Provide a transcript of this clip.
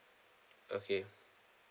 okay